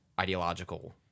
ideological